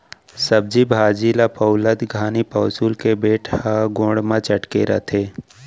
सब्जी भाजी ल पउलत घानी पउंसुल के बेंट ह गोड़ म चटके रथे